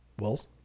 Wells